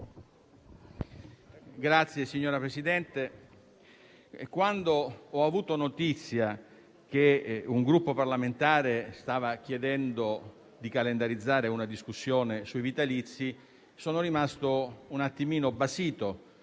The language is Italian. Signor Presidente, quando ho avuto notizia che un Gruppo parlamentare stava chiedendo di calendarizzare una discussione sui vitalizi sono rimasto basito,